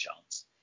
chance